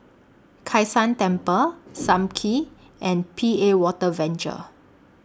Kai San Temple SAM Kee and P A Water Venture